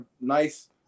nice